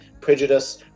prejudice